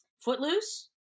Footloose